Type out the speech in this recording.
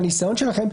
מהניסיון שלכם,